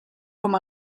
com